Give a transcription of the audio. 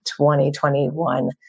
2021